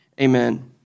Amen